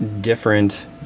different